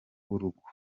w’urugo